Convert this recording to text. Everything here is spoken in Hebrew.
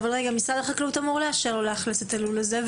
משרד החקלאות אמור לאשר לו לאכלס את הלול הזה,